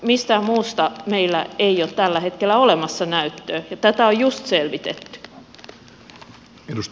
mistään muusta meillä ei ole tällä hetkellä olemassa näyttöä ja tätä on just selvitetty